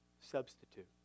substitute